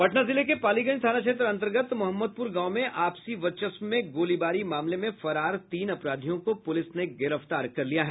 पटना जिले के पालीगंज थाना क्षेत्र अन्तर्गत मोहम्मदप्र गांव में आपसी वर्चस्व में गोलीबारी मामले में फरार तीन अपराधियों को पुलिस ने गिरफ्तार कर लिया है